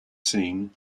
scene